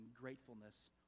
gratefulness